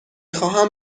خواهم